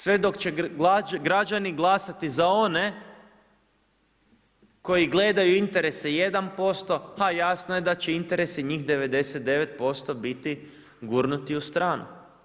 Sve dok građani glasati za one gledaju interese 1% pa jasno je da će interesi njih 99% biti gurnuti u stranu.